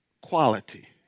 quality